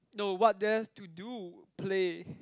no what there's to do play